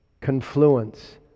confluence